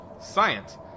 science